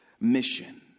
mission